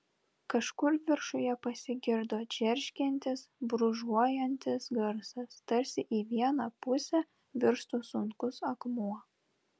kažkur viršuje pasigirdo džeržgiantis brūžuojantis garsas tarsi į vieną pusę virstų sunkus akmuo